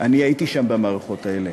אני הייתי שם, במערכות האלה.